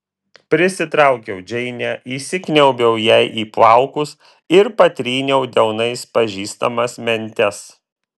prisitraukiau džeinę įsikniaubiau jai į plaukus ir patryniau delnais pažįstamas mentes